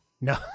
No